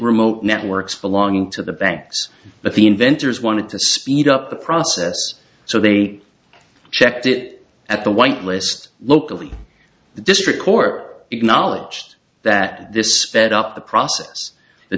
remote networks belonging to the banks but the inventors wanted to speed up the process so they checked it at the white list locally the district court acknowledged that this sped up the process the